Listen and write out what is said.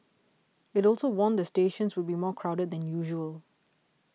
it also warned that stations would be more crowded than usual